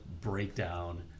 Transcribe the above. breakdown